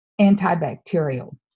antibacterial